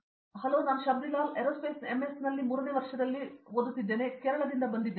Shabri Lal hello ನಾನು ಶಾಬ್ರಿಲಾಲ್ ನಾನು ಏರೋಸ್ಪೇಸ್ನಲ್ಲಿ ಎಂಎಸ್ ಮೂರನೇ ವರ್ಷ ಮಾಡುತ್ತಿದ್ದೇನೆ ನಾನು ಕೇರಳದಿಂದ ಬಂದಿದ್ದೇನೆ